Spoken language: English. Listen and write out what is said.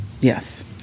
yes